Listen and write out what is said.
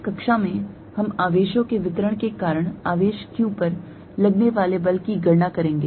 इस कक्षा में हम आवेशों के वितरण के कारण आवेश q पर लगने वाले बल की गणना करेंगे